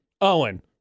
Owen